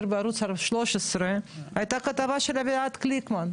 בערוץ 13. הייתה כתבה של אביעד גליקמן.